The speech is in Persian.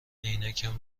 عینکم